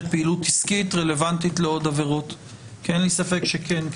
פעילות עסקית רלוונטית לעוד עבירות כי אין לי ספק שכן,